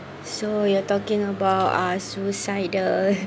so you're talking about uh suicidal